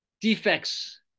defects